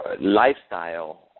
lifestyle